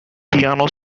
piano